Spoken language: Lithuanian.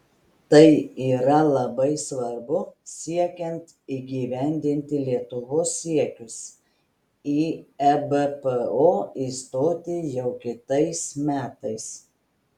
tai yra labai svarbu siekiant įgyvendinti lietuvos siekius į ebpo įstoti jau kitais metais